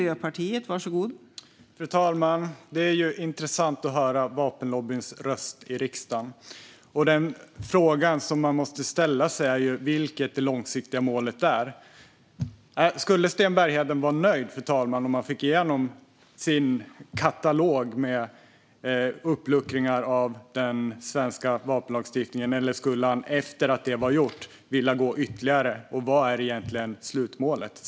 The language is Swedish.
Fru talman! Det är intressant att höra vapenlobbyns röst i riksdagen. Den fråga man måste ställa sig är vilket det långsiktiga målet är. Skulle Sten Bergheden vara nöjd, fru talman, om han fick igenom sin katalog med uppluckringar av den svenska vapenlagstiftningen? Eller skulle han efter att det var gjort vilja ta ytterligare steg? Och vad är egentligen slutmålet?